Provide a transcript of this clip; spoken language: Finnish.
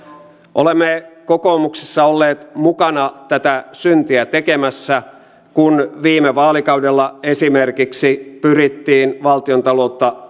olemme kokoomuksessa olleet mukana tätä syntiä tekemässä kun viime vaalikaudella esimerkiksi pyrittiin valtiontaloutta